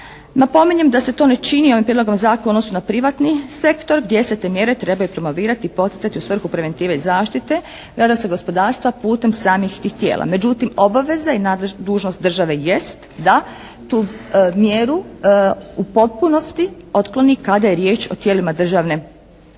Napominjem da se to ne čini ovim prijedlogom zakona u odnosu na privatni sektor gdje se te mjere trebaju promovirati, poticati u svrhu preventive i zaštite nadam se gospodarstva, putem samih tih tijela. Međutim, obaveza i dužnost države jest da tu mjeru u potpunosti otkloni kada je riječ o tijelima državne